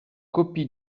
copie